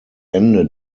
ende